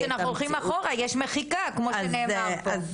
כשאנחנו הולכים אחורה יש מחיקה כמו שנאמר פה.